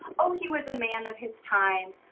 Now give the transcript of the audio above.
oh, he was a man of his time,